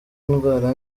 indwara